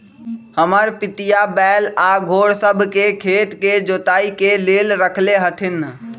हमर पितिया बैल आऽ घोड़ सभ के खेत के जोताइ के लेल रखले हथिन्ह